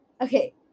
Okay